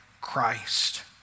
Christ